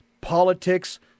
politics